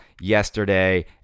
yesterday